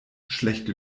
schlechte